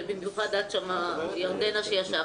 ובמיוחד את ירדנה שישבת שם.